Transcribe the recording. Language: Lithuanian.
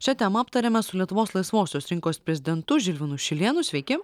šią temą aptariame su lietuvos laisvosios rinkos prezidentu žilvinu šilėnu sveiki